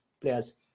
players